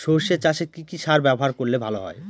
সর্ষে চাসে কি কি সার ব্যবহার করলে ভালো হয়?